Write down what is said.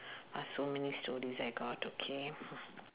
uh so many stories I got okay